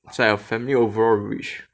so like her family overall rich